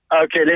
Okay